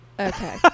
Okay